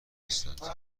هستند